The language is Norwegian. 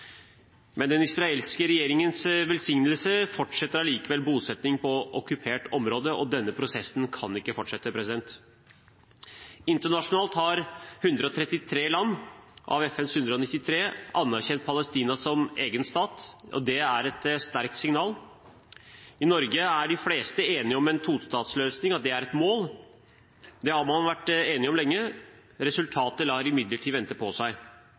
den israelske regjeringens velsignelse fortsetter allikevel bosetting på okkupert område, og denne prosessen kan ikke fortsette. Internasjonalt har 133 av FNs 193 land anerkjent Palestina som egen stat. Det er et sterkt signal. I Norge er de fleste enige om at en tostatsløsning er et mål. Det har man vært enige om lenge. Resultatet lar imidlertid vente på seg.